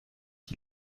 die